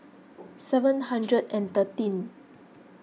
seven hundred and thirteen